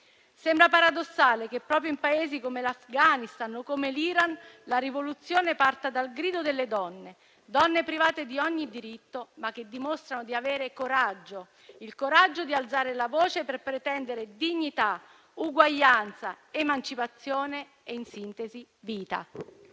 Sembra paradossale che, proprio in Paesi come l'Afghanistan o l'Iran, la rivoluzione parta dal grido delle donne: donne private di ogni diritto, ma che dimostrano di avere il coraggio di alzare la voce per pretendere dignità, uguaglianza, emancipazione e, in sintesi, vita.